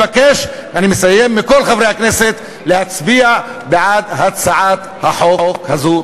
אני מבקש מכל חברי הכנסת להצביע בעד הצעת החוק הזאת.